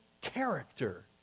character